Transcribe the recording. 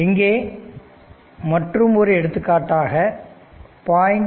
இங்கே மற்றுமொரு எடுத்துக்காட்டாக 0